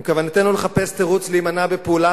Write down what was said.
אם כוונתנו לחפש תירוץ להימנע מפעולה,